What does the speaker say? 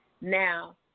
Now